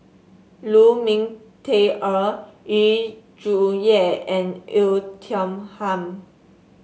Lu Ming Teh Earl Yu Zhuye and Oei Tiong Ham